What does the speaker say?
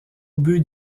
but